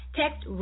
text